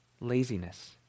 laziness